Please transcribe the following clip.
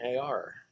AR